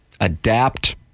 Adapt